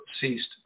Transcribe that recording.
ceased